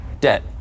Debt